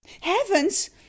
heavens